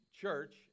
church